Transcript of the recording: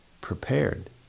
prepared